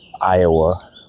Iowa